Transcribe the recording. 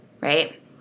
right